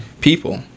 people